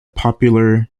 popular